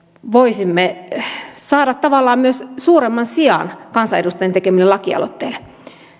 voisimme saada tavallaan myös suuremman sijan kansanedustajien tekemille lakialoitteille